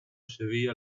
sevilla